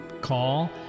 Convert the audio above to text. Call